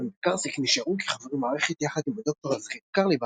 גולן וקרסיק נשארו כחברי מערכת יחד עם הד"ר עזריאל קרליבך,